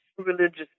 religious